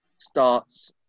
starts